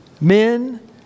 Men